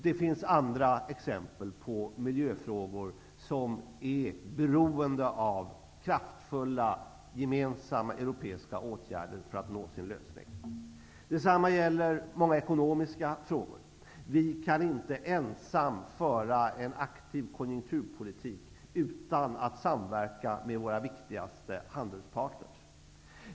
Det finns andra exempel på miljöfrågor som är beroende av kraftfulla gemensamma europeiska åtgärder för att nå sin lösning. Detsamma gäller många ekonomiska frågor. Vi kan inte ensamma föra en aktiv konjunkturpolitik utan att samverka med våra viktigaste handelspartner.